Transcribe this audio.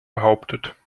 behauptet